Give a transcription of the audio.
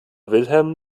wilhelm